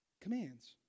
commands